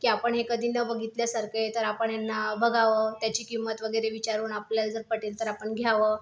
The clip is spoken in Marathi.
की आपण हे कधी न बघितल्यासारखं आहे तर आपण ह्यांना बघावं त्याची किंमत वगैरे विचारून आपल्याला जर पटेल तर आपण घ्यावं